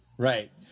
Right